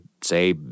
say